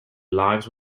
lives